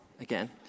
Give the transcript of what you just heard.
again